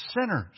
sinners